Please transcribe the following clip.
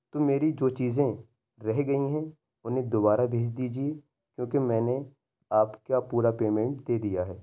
تو میری جو چیزیں رہ گئی ہیں انہیں دوبارہ بھیج دیجیے کیونکہ میں نے آپ کا پورا پیمنٹ دے دیا ہے